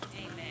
Amen